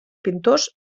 pintors